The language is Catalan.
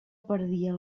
perdia